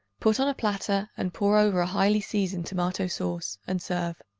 put on a platter and pour over a highly seasoned tomato-sauce and serve.